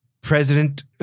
president